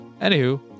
anywho